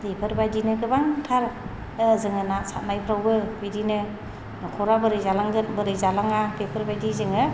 बेफोरबायदिनो गोबांथार जोङो ना सारनायफोरावबो बिदिनो न'खरा बोरै जालांगोन बोरै जालाङा बेफोरबायदि जोङो